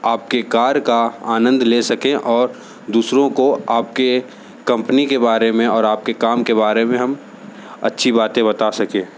आप की कार का आनंद ले सके और दूसरों को आप के कंपनी के बारे मे और आप के काम के बारे में हम अच्छी बातें बता सकें